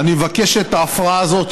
אני מבקש שאת ההפרעה הזאת,